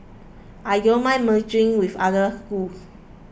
I don't mind merging with other schools